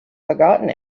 forgotten